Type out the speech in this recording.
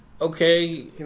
Okay